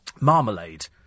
marmalade